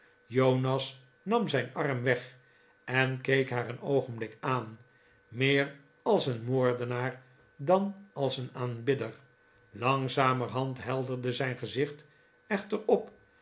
jonas nam zijn arm weg en keek haar een oogenblik aan meer als een moordenaar dan als een aanbidder langzamerhand helderde zijn gezicht echter op